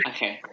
Okay